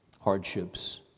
hardships